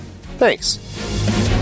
Thanks